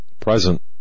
present